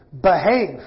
behave